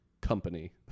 company